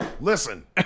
Listen